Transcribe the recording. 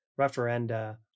referenda